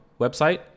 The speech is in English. website